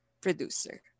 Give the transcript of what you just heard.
producer